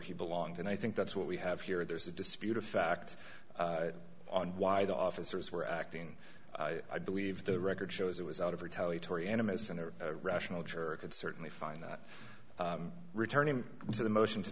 he belongs and i think that's what we have here there's a dispute of fact on why the officers were acting i believe the record shows it was out of retaliatory animists and rational church could certainly find that returning to the motion to